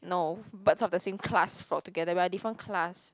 no buts of the same class for together we are different class